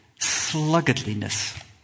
sluggardliness